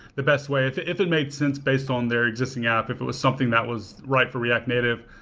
the best way. if if it made sense based on their existing app, if it was something that was right for react native,